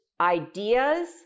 ideas